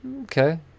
Okay